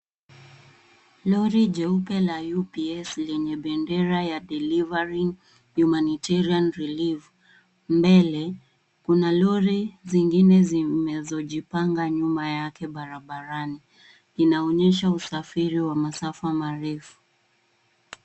Lori jeupe la UPS lenye bendera ya Delivering Humanitarian Relief mbele. Kuna lori zingine zinazojipanga nyuma yake barabarani. Inaonyesha usafiri wa masafa marefu.